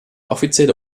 offizielle